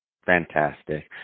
Fantastic